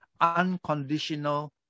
Unconditional